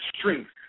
strength